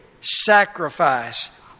sacrifice